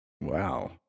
Wow